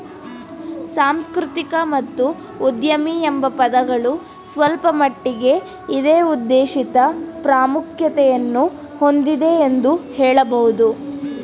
ಸಾಂಸ್ಕೃತಿಕ ಮತ್ತು ಉದ್ಯಮಿ ಎಂಬ ಪದಗಳು ಸ್ವಲ್ಪಮಟ್ಟಿಗೆ ಇದೇ ಉದ್ದೇಶಿತ ಪ್ರಾಮುಖ್ಯತೆಯನ್ನು ಹೊಂದಿದೆ ಎಂದು ಹೇಳಬಹುದು